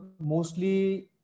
mostly